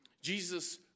Jesus